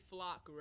Flock